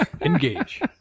Engage